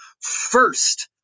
first